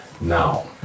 now